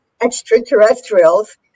extraterrestrials